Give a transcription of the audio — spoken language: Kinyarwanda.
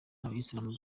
n’abayisilamu